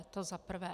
To za prvé.